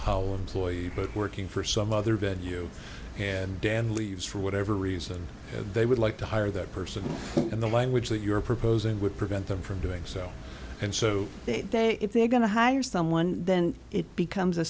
how employee but working for some other venue and dan leaves for whatever reason they would like to hire that person and the language that you're proposing would prevent them from doing so and so they say if they're going to hire someone then it becomes a